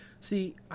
See